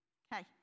okay